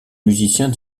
musiciens